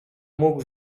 mógł